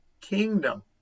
kingdom